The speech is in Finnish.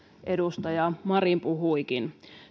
edustaja marin puhuikin